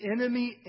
enemy